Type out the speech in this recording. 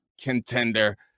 contender